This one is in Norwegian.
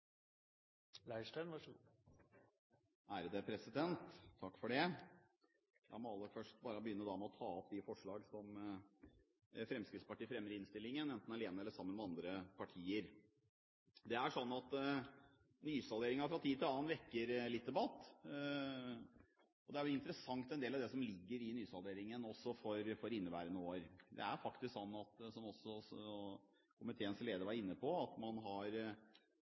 La meg begynne med å ta opp de forslagene som Fremskrittspartiet fremmer i innstillingen, enten alene eller sammen med andre partier. Nysalderingen vekker fra tid til annen litt debatt. Det er interessant, en del av det som ligger i nysalderingen også for inneværende år. Det er faktisk sånn, som også komiteens leder var inne på, at man har